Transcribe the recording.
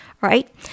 Right